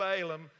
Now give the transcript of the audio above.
Balaam